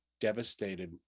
devastated